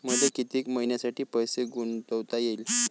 मले कितीक मईन्यासाठी पैसे गुंतवता येईन?